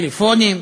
טלפונים,